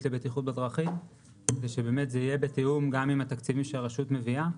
לבטיחות בדרכים כדי שזה יהיה בתיאום גם עם התקציבים שהרשות מביאה.